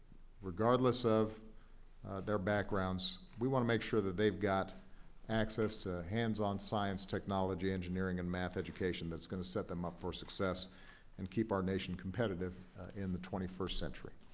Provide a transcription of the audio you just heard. regardless of their backgrounds we want to make sure that they've got access to hands-on science, technology, engineering, and math education that's going to set them up for success and keep our nation competitive in the twenty first century.